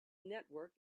network